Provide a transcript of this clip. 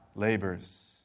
labors